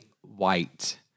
white